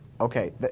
Okay